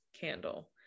candle